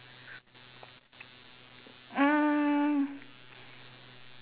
mm